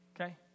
Okay